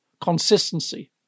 consistency